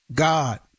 God